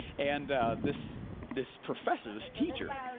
and this this professor, this teacher,